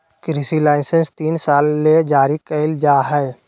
कृषि लाइसेंस तीन साल ले जारी कइल जा हइ